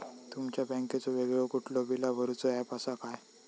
तुमच्या बँकेचो वेगळो कुठलो बिला भरूचो ऍप असा काय?